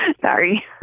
Sorry